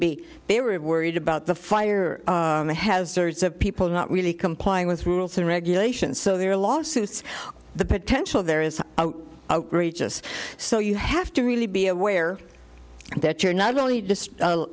b they were worried about the fire hazards of people not really complying with rules and regulations so there are lawsuits the potential there is outrageous so you have to really be aware that you're not only